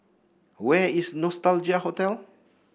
where is Nostalgia Hotel